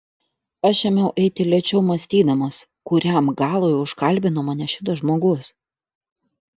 aš ėmiau eiti lėčiau mąstydamas kuriam galui užkalbino mane šitas žmogus